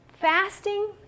Fasting